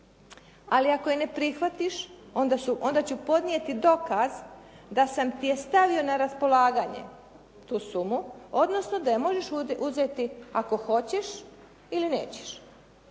Ali ako je ne prihvatiš, onda ću podnijeti dokaz da sam ti je stavio na raspolaganje tu sumu, odnosno da je možeš uzeti ako hoćeš ili nećeš.